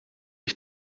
ich